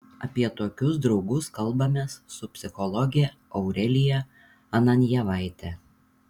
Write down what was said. apie tokius draugus kalbamės su psichologe aurelija ananjevaite